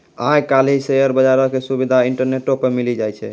आइ काल्हि शेयर बजारो के सुविधा इंटरनेटो पे मिली जाय छै